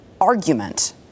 argument